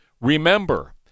remember